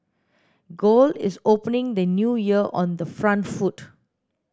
gold is opening the new year on the front foot